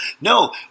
No